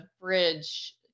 bridge